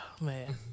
man